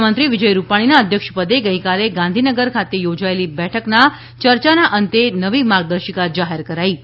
મુખ્યમંત્રી વિજય રૂપાણીના અધ્યક્ષપદે ગઈકાલે ગાંધીનગર યોજાયેલી બેઠકમાં ચર્ચાના અંતે નવી માર્ગદર્શિકા જાહેર કરાઈ હતી